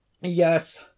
yes